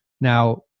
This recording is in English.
Now